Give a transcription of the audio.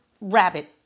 rabbit